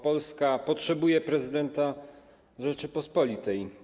Polska potrzebuje prezydenta Rzeczypospolitej.